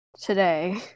today